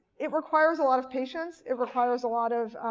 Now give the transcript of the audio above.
it requires a lot of patience. it requires a lot of